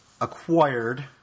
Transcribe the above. acquired